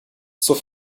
zur